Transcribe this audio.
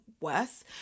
worse